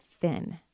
thin